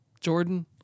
Jordan